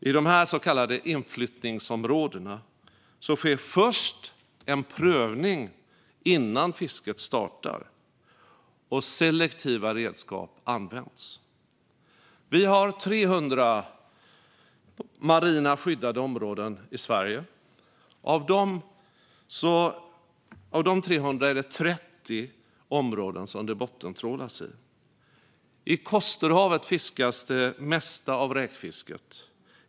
I de här så kallade inflyttningsområdena sker en prövning innan fisket startar, och selektiva redskap används. Vi har 300 marina skyddade områden i Sverige. I 30 av dessa områden bottentrålas det. I Kosterhavet sker det mesta av räkfisket.